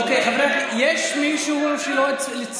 אוקיי, מי עוד?